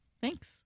Thanks